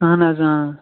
اَہَن حظ